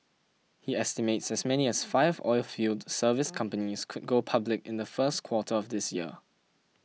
he estimates as many as five oilfield service companies could go public in the first quarter of this year